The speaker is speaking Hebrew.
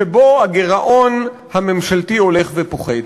שבו הגירעון הממשלתי הולך ופוחת.